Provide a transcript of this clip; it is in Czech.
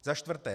Za čtvrté.